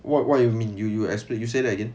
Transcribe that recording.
what what you mean you you explain you say that again